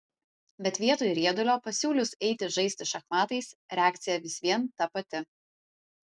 bet vietoj riedulio pasiūlius eiti žaisti šachmatais reakcija vis vien ta pati